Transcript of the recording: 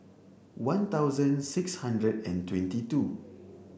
one thousand six hundred and twenty two